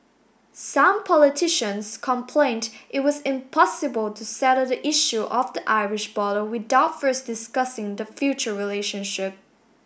some politicians complained it was impossible to settle the issue of the Irish border without first discussing the future relationship